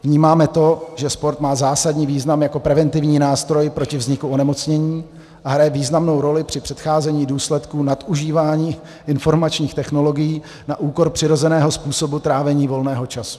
Vnímáme to, že sport má zásadní význam jako preventivní nástroj proti vzniku onemocnění a hraje významnou roli při předcházení důsledkům nadužívání informačních technologií na úkor přirozeného způsobu trávení volného času.